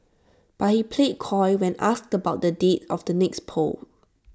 but he played coy when asked about the date of the next polls